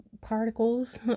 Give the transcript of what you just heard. particles